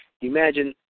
imagine